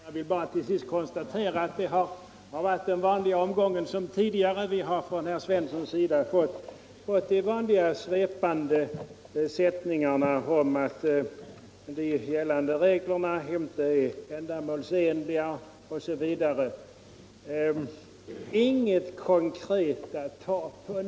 Herr talman! Jag vill bara konstatera att det har varit den vanliga omgången som vi känner från tidigare. Vi har av herr Svensson i Eskilstuna fått det vanliga, svepande talet om att de gällande reglerna inte är ändamålsenliga osv., men inget konkret att ta på.